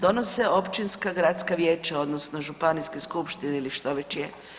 Donose općinska gradska vijeća, odnosno županijske skupštine ili što već je.